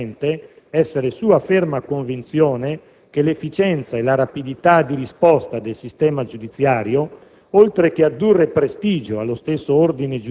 magistratura, ha dichiarato letteralmente: «È mia ferma convinzione che l'efficienza e la rapidità di risposta del sistema giudiziario,